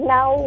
Now